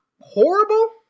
horrible